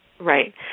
Right